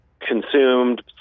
consumed